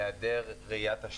להיעדר ראייה תשתיתית.